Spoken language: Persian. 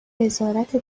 وزارت